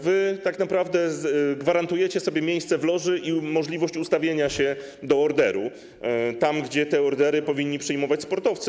Wy tak naprawdę gwarantujecie sobie miejsce w loży i możliwość ustawienia się do orderu tam, gdzie te ordery powinni przyjmować sportowcy.